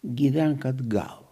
gyvenk atgal